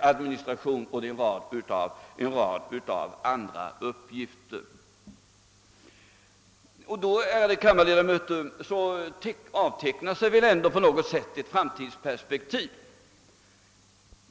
administration och en rad andra uppgifter. Ärade kammarledamöter! Mot denna bakgrund avtecknar sig ändå något som är ett framtidsperspektiv.